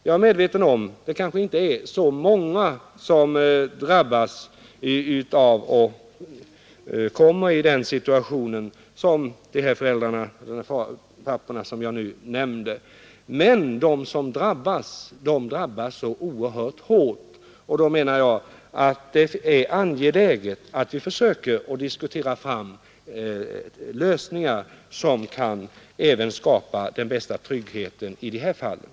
Jag är medveten om att det kanske inte är så många som kommer i den situation som de pappor som jag nyss nämnde, men de som drabbas gör det så oerhört hårt. Därför är det, menar jag, angeläget att vi försöker diskutera fram lösningar som även kan skapa den bästa tryggheten i de här fallen.